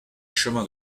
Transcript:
chemins